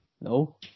No